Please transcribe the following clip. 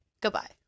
Goodbye